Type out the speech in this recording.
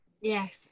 Yes